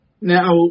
Now